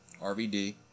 RVD